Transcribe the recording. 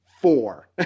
four